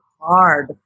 hard